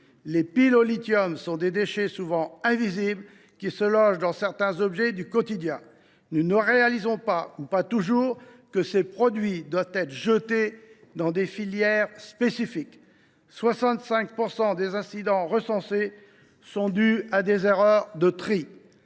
Les piles au lithium constituent des déchets souvent invisibles qui se logent dans certains objets du quotidien. Nous ne réalisons pas, ou pas toujours, que ces produits doivent être jetés dans des filières spécifiques. On constate que 65 % des incidents recensés sont dus à des erreurs de tri.